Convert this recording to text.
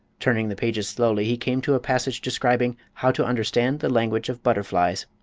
turning the pages slowly he came to a passage describing how to understand the language of butterflies.